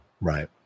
right